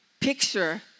picture